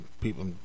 people